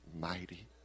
mighty